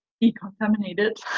decontaminated